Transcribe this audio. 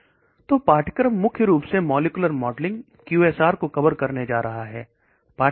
पाठ्यक्रम मुख्य रूप से मॉलिक्यूलर मॉडलिंग QSAR को कवर करने जा रहा है